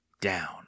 Down